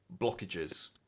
blockages